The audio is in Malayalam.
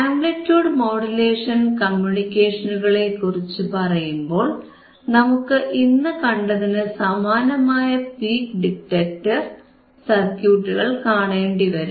ആംപ്ലിറ്റിയൂഡ് മോഡുലേഷൻ കമ്മ്യൂണിക്കേഷനുകളെക്കുറിച്ചു പറയുമ്പോൾ നമുക്ക് ഇന്നു കണ്ടതിനു സമാനമായ പീക്ക് ഡിറ്റക്ടർ സർക്യൂട്ടുകൾ കാണേണ്ടിവരും